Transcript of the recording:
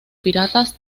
piratas